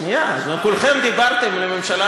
שנייה, כולכם דיברתם, מה,